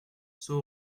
soit